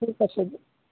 ঠিক আছে দিয়ক